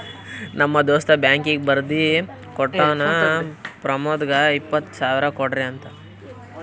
ನಮ್ ದೋಸ್ತ ಬ್ಯಾಂಕೀಗಿ ಬರ್ದಿ ಕೋಟ್ಟಾನ್ ಪ್ರಮೋದ್ಗ ಇಪ್ಪತ್ ಸಾವಿರ ಕೊಡ್ರಿ ಅಂತ್